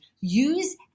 Use